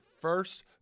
first